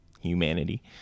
humanity